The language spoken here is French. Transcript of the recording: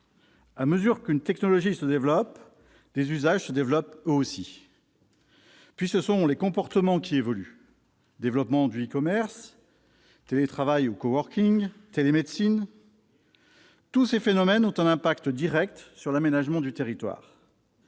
à mesure qu'une technologie se développe, des usages se développent eux aussi. Puis ce sont les comportements qui évoluent : e-commerce, télétravail,, télémédecine, tous ces phénomènes ont une incidence directe sur l'aménagement du territoire.